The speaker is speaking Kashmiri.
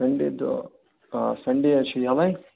سَنٛڈے دۄہ آ سَنٛڈے حظ چھُ یَلے